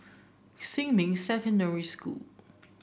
Xinmin Secondary School